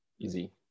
Easy